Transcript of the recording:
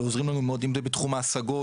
ועוזרים לנו מאוד עם זה בתחום ההשגות,